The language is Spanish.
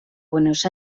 buenos